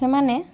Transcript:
ସେମାନେ